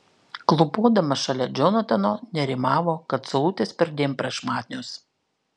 klūpodama šalia džonatano nerimavo kad saulutės perdėm prašmatnios